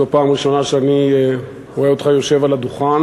זאת פעם ראשונה שאני רואה אותך יושב על הדוכן,